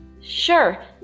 sure